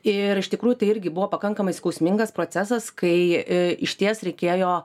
ir iš tikrųjų tai irgi buvo pakankamai skausmingas procesas kai išties reikėjo